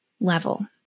Level